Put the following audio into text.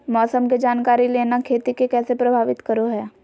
मौसम के जानकारी लेना खेती के कैसे प्रभावित करो है?